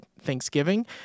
Thanksgiving